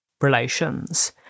relations